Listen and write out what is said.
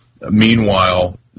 Meanwhile